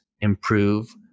improve